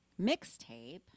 mixtape